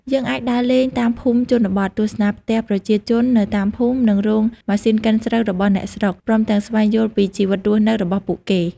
យើងអាចដើរលេងតាមភូមិជនបទ ទស្សនាផ្ទះប្រជាជននៅតាមភូមិ និងរោងម៉ាស៊ីនកិនស្រូវរបស់អ្នកស្រុក ព្រមទាំងស្វែងយល់ពីជីវិតរស់នៅរបស់ពួកគេ ។